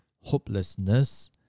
hopelessness